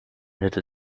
little